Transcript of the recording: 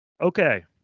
okay